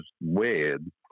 weird